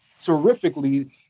terrifically